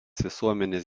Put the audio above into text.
visuomenės